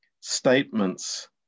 statements